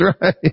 right